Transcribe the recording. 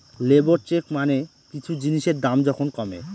labour চেক মানে কিছু জিনিসের দাম যখন কমে